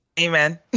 amen